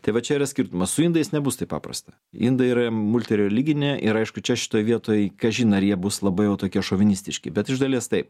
tai va čia yra skirtumas su indais nebus taip paprasta indai yra multireliginė ir aišku čia šitoj vietoj kažin ar jie bus labai jau tokie šovinistiški bet iš dalies taip